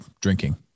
drinking